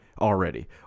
already